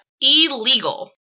illegal